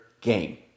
game